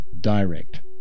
direct